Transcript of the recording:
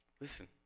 listen